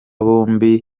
bombi